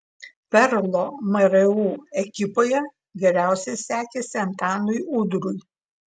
perlo mru ekipoje geriausiai sekėsi antanui udrui